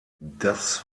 das